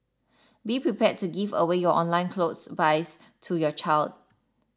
be prepared to give away your online clothes buys to your child